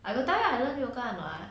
I got tell you I learned yoga or not ah